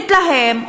מתלהם,